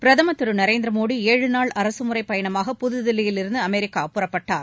பிரதமர் திரு நரேந்திர மோடி ஏழு நாள் அரசுமுறை பயணமாக புதுதில்லியிலிருந்து அமெரிக்கா புறப்பட்டார்